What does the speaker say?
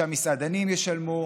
שהמסעדנים ישלמו,